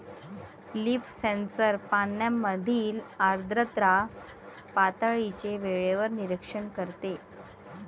leaf sensor पानांमधील आर्द्रता पातळीचे वेळेवर निरीक्षण करते